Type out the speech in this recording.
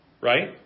right